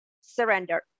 surrender